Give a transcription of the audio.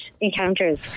encounters